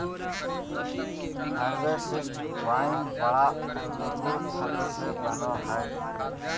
हर्बेस्टि wine बड़ा अंगूर फल से बनयय हइ